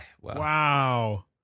Wow